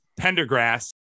Pendergrass